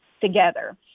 together